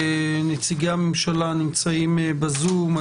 נציגי הממשלה נמצאים בזום,